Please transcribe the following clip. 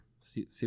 See